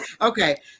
okay